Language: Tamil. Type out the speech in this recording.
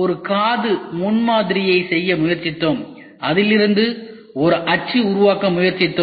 ஒரு காது முன்மாதிரி செய்ய முயற்சித்தோம் அதிலிருந்து ஒரு அச்சு உருவாக்க முயற்சித்தோம்